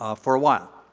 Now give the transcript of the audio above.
ah for a while.